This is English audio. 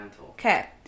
Okay